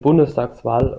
bundestagswahl